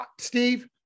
Steve